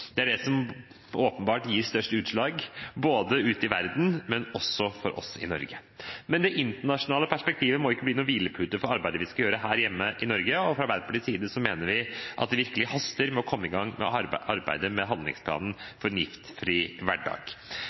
Det er åpenbart at det er det som gir størst utslag både ute i verden og for oss i Norge. Men det internasjonale perspektivet må ikke bli noen hvilepute for arbeidet vi skal gjøre her hjemme i Norge, og fra Arbeiderpartiets side mener vi at det virkelig haster å komme i gang med arbeidet med handlingsplanen for en giftfri hverdag.